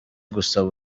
gusaba